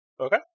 Okay